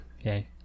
okay